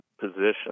position